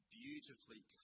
beautifully